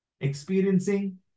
Experiencing